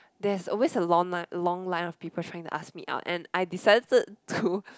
there's always a long line long line of people trying to ask me out and I decided to